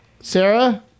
Sarah